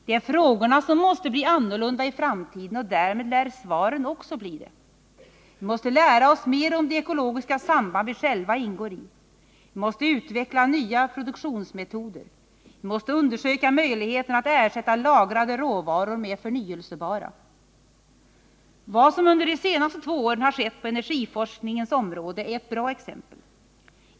Det är frågorna som måste bli annorlunda i framtiden, och därmed lär svaren också bli det. Vi måste lära oss mer om de ekologiska samband vi själva ingår i. Vi måste utveckla nya produktionsmetoder. Vi måste undersöka möjligheterna att ersätta lagrade råvaror med förnyelsebara. Vad som under de två senaste åren har skett på energiforskningens område är ett bra exempel.